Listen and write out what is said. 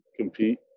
compete